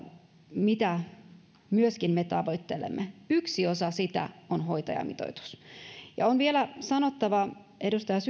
ja sitä myöskin me tavoittelemme yksi osa sitä on hoitajamitoitus on vielä sanottava edustaja